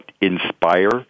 inspire